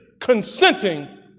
consenting